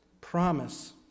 promise